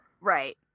Right